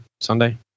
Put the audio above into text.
Sunday